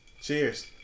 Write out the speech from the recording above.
Cheers